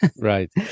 right